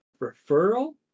referral